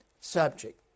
subject